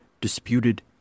disputed